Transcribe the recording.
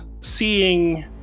seeing